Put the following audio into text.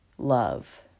love